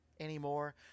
anymore